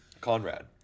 Conrad